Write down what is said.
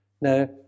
Now